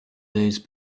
days